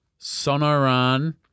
Sonoran